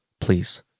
please